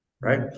right